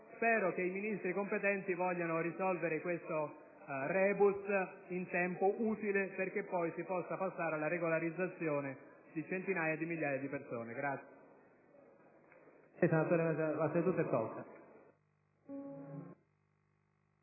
Spero che i Ministri competenti vogliano risolvere questo *rebus* in tempo utile perché poi si possa passare alla regolarizzazione di centinaia di migliaia di persone.